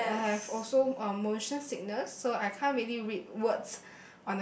ya I I I have also um motion sickness so I can't really read words